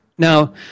Now